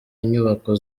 inyubako